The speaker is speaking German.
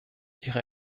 ihre